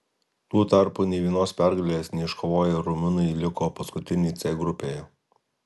tuo tarpu nei vienos pergalės neiškovoję rumunai liko paskutiniai c grupėje